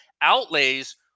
outlays